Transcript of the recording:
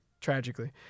tragically